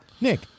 Nick